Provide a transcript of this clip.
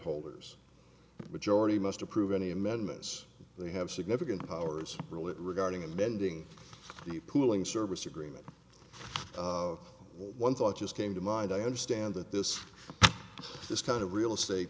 holders majority must approve any amendments they have significant powers really regarding amending the pooling service agreement one thought just came to mind i understand that this this kind of real estate